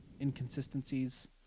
inconsistencies